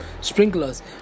sprinklers